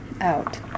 out